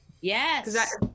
Yes